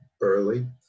early